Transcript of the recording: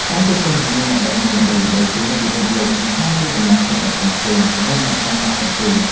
ការជួបជុំជាមួយអ្នកដឹកនាំល្បីៗជុំវិញពិភពលោកនឹងក្លាយជាកម្លាំងចិត្តដ៏ធំធេងសម្រាប់អ្នកក្នុងការតស៊ូ។